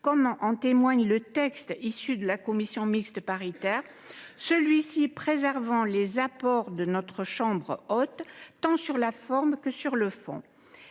comme en témoigne le texte issu de la commission mixte paritaire, qui préserve les apports de notre Haute Assemblée tant sur la forme que sur le fond.